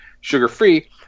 sugar-free